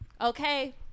okay